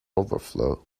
overflow